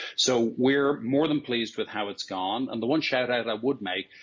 so we're more than pleased with how it's gone and the one shoutout i would make,